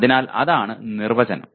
അതിനാൽ അതാണ് നിർവചനം